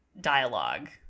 dialogue